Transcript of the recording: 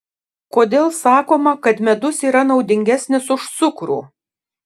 kodėl sakoma kad medus yra naudingesnis už cukrų